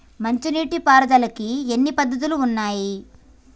మంచి నీటి పారుదలకి ఎన్ని పద్దతులు ఉన్నాయి?